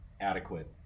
adequate